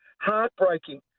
heartbreaking